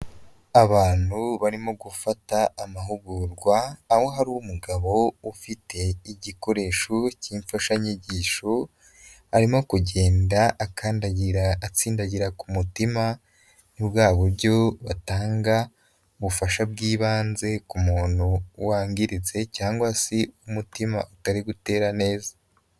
Abantu barimo gufata amahugurwa aho hari umugabo ufite igikoresho cy'imfashanyigisho, arimo kugenda akandagira atsindagira ku mutima, ni bwa buryo batanga ubufasha bw'ibanze ku muntu wangiritse cyangwa se umutima utari gutera neza.